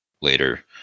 later